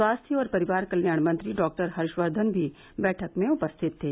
स्वास्थ्य और परिवार कल्याण मंत्री डॉक्टर हर्षवर्धन भी बैठक में उपरिथत थे